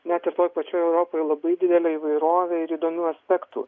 ne ir toj pačioj europoj labai didelę įvairovę ir įdomių aspektų